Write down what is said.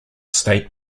state